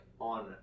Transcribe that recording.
on